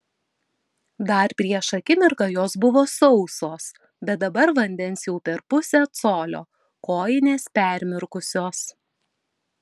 dar prieš akimirką jos buvo sausos bet dabar vandens jau per pusę colio kojinės permirkusios